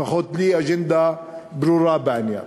לפחות לי, אג'נדה ברורה בעניין.